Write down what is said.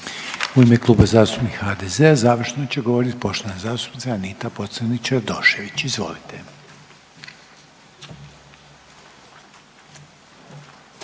U ime Kluba zastupnika HDZ-a završno će govoriti poštovana zastupnica Anita Pocrnić-Radošević. Izvolite.